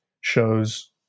shows